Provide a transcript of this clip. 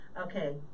okay